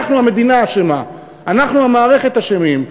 אנחנו, המדינה, אשמים, אנחנו, המערכת, אשמים.